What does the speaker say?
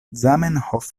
zamenhof